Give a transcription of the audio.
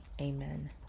amen